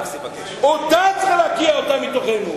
אותה צריך להקיא מתוכנו,